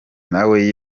nawe